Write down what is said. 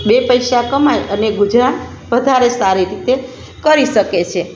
બે પૈસા કમાઈ અને ગુજરાન વધારે સારી રીતે કરી શકે છે